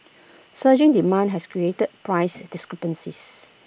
surging demand has created price discrepancies